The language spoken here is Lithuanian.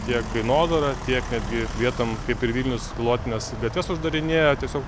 tiek kainodarą tiek netgi vietom kaip ir vilnius pilotines gatves uždarinėja tiesiog